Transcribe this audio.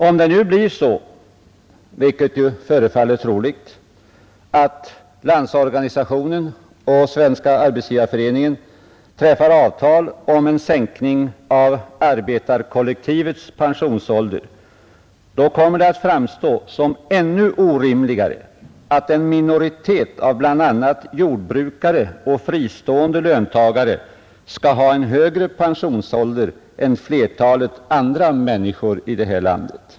Om det nu blir så, vilket ju förefaller troligt, att Landsorganisationen och Svenska arbetsgivareföreningen träffar avtal om en sänkning av arbetarkollektivets pensionsålder, då kommer det att framstå som ännu orimligare att en minoritet av bl.a. jordbrukare och fristående löntagare skall ha en högre pensionsålder än flertalet andra människor i det här landet.